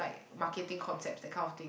marketing concepts that kind of thing